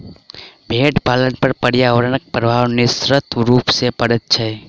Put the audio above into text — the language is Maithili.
भेंड़ पालन पर पर्यावरणक प्रभाव निश्चित रूप सॅ पड़ैत छै